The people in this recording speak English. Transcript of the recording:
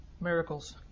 miracles